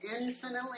infinitely